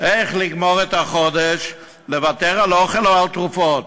איך לגמור את החודש, לוותר על אוכל או על תרופות?